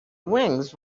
wings